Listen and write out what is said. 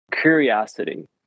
curiosity